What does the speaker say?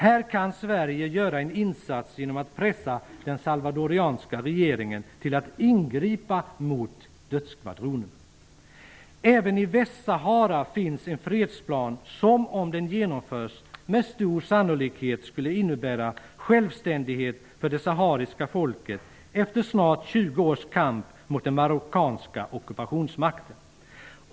Här kan Sverige göra en insats genom att pressa den salvadoranska regeringen att ingripa mot dödsskvadronerna. Även i Västsahara finns en fredsplan, som om den genomförs med stor sannolikhet skulle innebära självständighet för det sahariska folket efter snart 20 års kamp mot den marockanska ockupationsmakten.